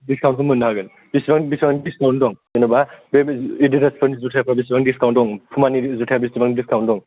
दिसकाउन्टखौ मोननो हागोन बेसेबां बेसेबां दिसखाउन्द दं जेनेबा बे एदिदाफोरनिसेबां जुथाफ्रा बेसबां दिसकाउन्ट दं फुमानि जुथाया बेसबां दिसकाउन्ट दं